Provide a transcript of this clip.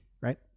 Right